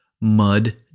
mud